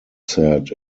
said